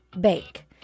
bake